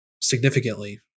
significantly